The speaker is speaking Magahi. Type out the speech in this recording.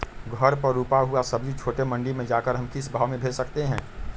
घर पर रूपा हुआ सब्जी छोटे मंडी में जाकर हम किस भाव में भेज सकते हैं?